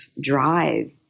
drive